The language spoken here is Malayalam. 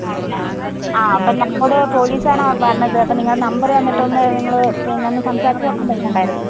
ആണല്ലേ ആ അപ്പം നമ്മളോട് പൊലീസാണ് പറഞ്ഞത് അപ്പം നിങ്ങള നമ്പർ തന്നിട്ട് ഒന്ന് നിങ്ങൾ പിന്നെ ഒന്ന് സംസാരിച്ച് നോക്കാൻ പറഞ്ഞിട്ട് ഉണ്ടായിരുന്നു